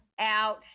out